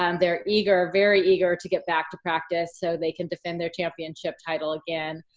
um they're eager, very eager to get back to practice so they can defend their championship title again,